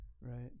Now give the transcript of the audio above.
Right